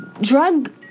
drug